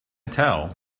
tell